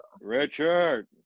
Richard